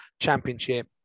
championship